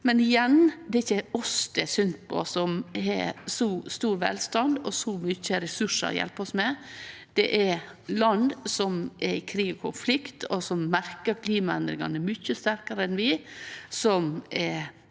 igjen: Det er ikkje oss det er synd på, som har så stor velstand og så mykje resursar til å hjelpe oss med. Det er landa som er i krig og konflikt, og som merkar klimaendringane mykje sterkare enn vi,